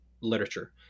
literature